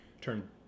turn